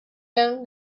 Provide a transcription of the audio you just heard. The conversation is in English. him